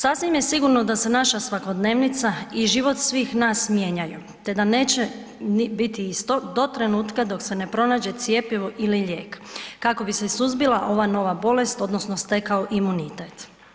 Sasvim je sigurno da se naša svakodnevnica i život svih nas mijenjaju, te da neće biti isto do trenutka dok se ne pronađe cjepivo ili lijek kako bi se suzbila ova nova bolest odnosno stekao imunitet.